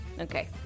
Okay